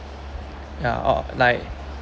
ya or like